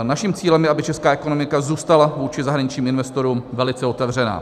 Naším cílem je, aby Česká republika zůstala vůči zahraničním investorům velice otevřená.